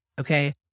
Okay